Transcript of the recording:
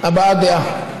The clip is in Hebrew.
הבעת דעה.